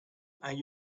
and